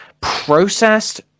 processed